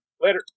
Later